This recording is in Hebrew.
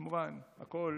כמובן, הכול